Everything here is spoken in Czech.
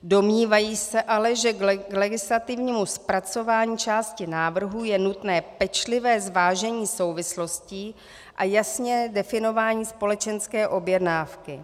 Domnívají se ale, že k legislativnímu zpracování části návrhu je nutné pečlivé zvážení souvislostí a jasné definování společenské objednávky.